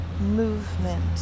movement